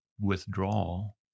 withdrawal